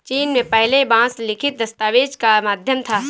चीन में पहले बांस लिखित दस्तावेज का माध्यम था